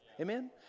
Amen